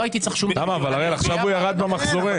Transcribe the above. לא הייתי צריך --- אבל עכשיו הוא ירד במחזורים.